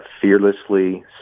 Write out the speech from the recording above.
fearlessly